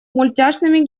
мультяшными